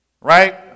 right